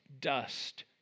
dust